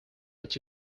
but